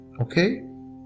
Okay